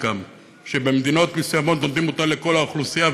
שבמדינות מסוימות נותנים לכל האוכלוסייה,